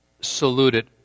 saluted